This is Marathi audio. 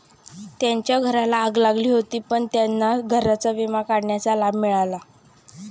त्यांच्या घराला आग लागली होती पण त्यांना घराचा विमा काढण्याचा लाभ मिळाला